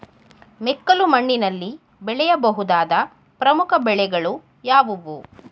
ಮೆಕ್ಕಲು ಮಣ್ಣಿನಲ್ಲಿ ಬೆಳೆಯ ಬಹುದಾದ ಪ್ರಮುಖ ಬೆಳೆಗಳು ಯಾವುವು?